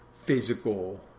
physical